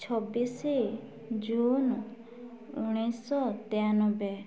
ଛବିଶି ଜୁନ୍ ଉଣେଇଶହ ତେୟାନବେ